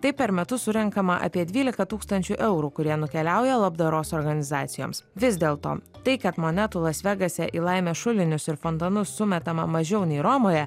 taip per metus surenkama apie dvylika tūkstančių eurų kurie nukeliauja labdaros organizacijoms vis dėlto tai kad monetų las vegase į laimės šulinius ir fontanus sumetama mažiau nei romoje